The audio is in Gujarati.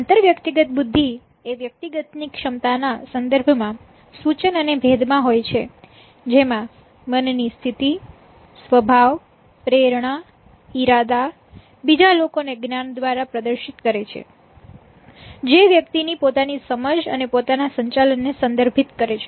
આંતરવ્યક્તિગત બુદ્ધિ એ વ્યક્તિ ની ક્ષમતા ના સંદર્ભમાં સૂચન અને ભેદમાં હોય છે જેમાં મનની સ્થિતિ સ્વભાવ પ્રેરણા ઈરાદા બીજા લોકોને જ્ઞાન દ્વારા પ્રદર્શિત કરે છે જે વ્યક્તિ ની પોતાની સમજ અને પોતાના સંચાલન ને સંદર્ભીત કરે છે